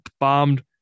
bombed